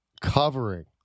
covering